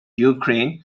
ukraine